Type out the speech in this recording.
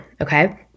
okay